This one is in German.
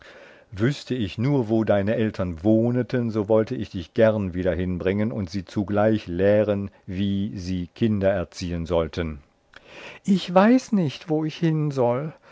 wüßte ich nur wo deine eltern wohneten so wollte ich dich gern wieder hinbringen und sie zugleich lehren wie sie kinder erziehen sollten simpl ich weiß nicht wo ich hin soll